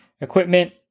equipment